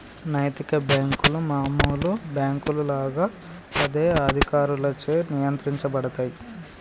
నైతిక బ్యేంకులు మామూలు బ్యేంకుల లాగా అదే అధికారులచే నియంత్రించబడతయ్